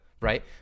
Right